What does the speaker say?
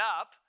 up